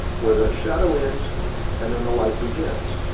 where the shadow ends and then the light begins.